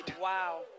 Wow